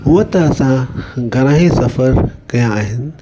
हुअं त असां घणेई सफ़र कया आहिनि